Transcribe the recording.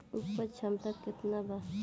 उपज क्षमता केतना वा?